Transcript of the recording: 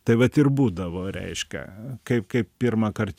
tai vat ir būdavo reiškia kaip kaip pirmąkart